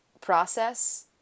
process